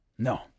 No